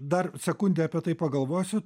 dar sekundę apie tai pagalvosiu